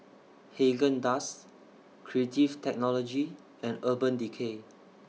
Haagen Dazs Creative Technology and Urban Decay